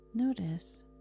notice